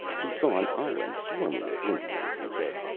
he saw an island swarming with indians, and said,